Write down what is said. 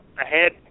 ahead